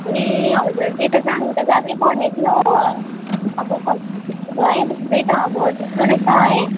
ए हजुर त्यही त जानु त जानु पर्ने थियो हो अब खोइ अब है त्यही त अब त्यस्तो रहेछ है